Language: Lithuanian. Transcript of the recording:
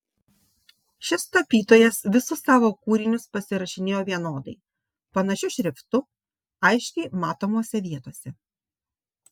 šis tapytojas visus savo kūrinius pasirašinėjo vienodai panašiu šriftu aiškiai matomose vietose